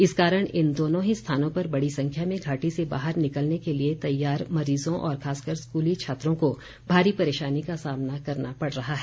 इस कारण इन दोनों ही स्थानों पर बड़ी संख्या में घाटी से बाहर निकलने के लिए तैयार मरीजों और खासकर स्कूली छात्रों को भारी परेशानी का सामना करना पड़ रहा है